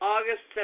August